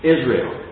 Israel